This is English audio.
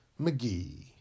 McGee